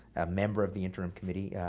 a member of the interim committee,